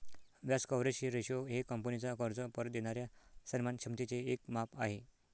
व्याज coverage ratio हे कंपनीचा कर्ज परत देणाऱ्या सन्मान क्षमतेचे एक माप आहे